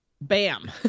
Bam